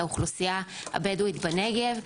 האוכלוסייה הבדואית בנגב,